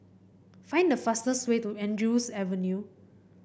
find the fastest way to Andrews Avenue